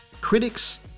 Critics